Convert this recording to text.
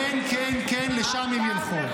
כן כן כן, לשם הם ילכו.